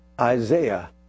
Isaiah